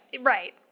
right